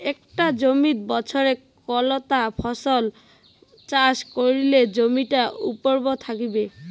একটা জমিত বছরে কতলা ফসল চাষ করিলে জমিটা উর্বর থাকিবে?